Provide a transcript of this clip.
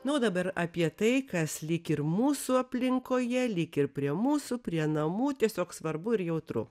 na o dabar apie tai kas lyg ir mūsų aplinkoje lyg ir prie mūsų prie namų tiesiog svarbu ir jautru